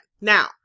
Now